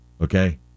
Okay